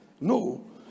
no